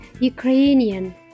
Ukrainian